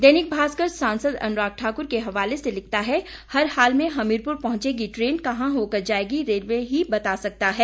दैनिक भास्कर सांसद अनुराग ठाकुर के हवाले से लिखता है हर हाल में हमीपुर पहुंचेगी ट्रेन कहां होकर जाएगी रेलवे ही बता सकता है